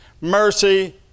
mercy